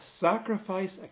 sacrifice